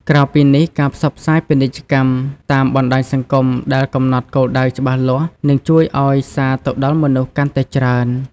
ក្រៅពីនេះ ការផ្សព្វផ្សាយពាណិជ្ជកម្មតាមបណ្តាញសង្គមដែលកំណត់គោលដៅច្បាស់លាស់នឹងជួយឲ្យសារទៅដល់មនុស្សកាន់តែច្រើន។